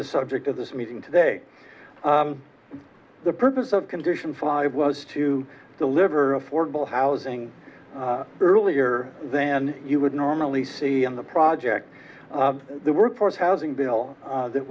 the subject of this meeting today the purpose of condition five was to deliver affordable housing earlier than you would normally see on the project the work force housing bill that